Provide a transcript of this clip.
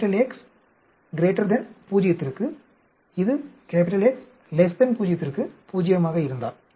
X பூஜ்ஜியத்திற்கு இது X பூஜ்ஜியத்திற்கு பூஜ்ஜியமாக இருந்தால்